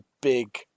big